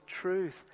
truth